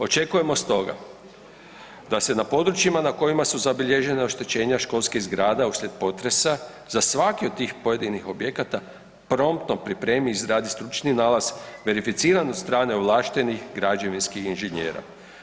Očekujemo stoga da se na područjima na kojima su zabilježena oštećenja školskih zgrada uslijed potresa za svaki od tih pojedinih objekata promptno pripremi i izradi stručni nalaz verificiran od strane ovlaštenih građevinskih inženjera.